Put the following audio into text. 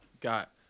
got